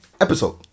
Episode